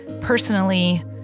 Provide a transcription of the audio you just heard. personally